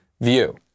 view